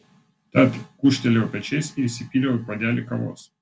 tad gūžtelėjau pečiais ir įsipyliau į puodelį kavos